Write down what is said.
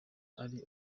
ari